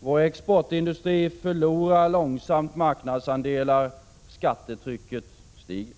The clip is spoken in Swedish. Vår exportindustri förlorar långsamt marknadsandelar. Skattetrycket stiger.